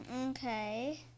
Okay